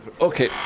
Okay